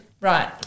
Right